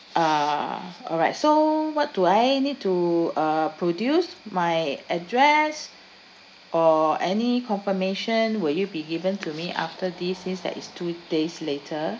uh alright so what do I need to uh produce my address or any confirmation will you be given to me after this since that it's two days later